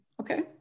Okay